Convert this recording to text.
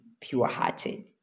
pure-hearted